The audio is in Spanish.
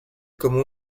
como